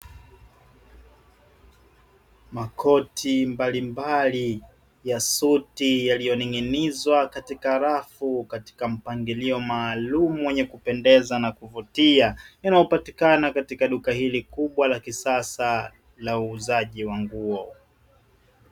Makoti mbalimbali ya suti yaliyoning'inizwa katika rafu katika mpangilio maalumu wenye kupendeza na kuvutia, inayopatikana katika duka hili kubwa la kisasa la uuzaji wa nguo.